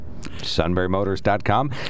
SunburyMotors.com